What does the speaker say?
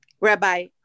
Rabbi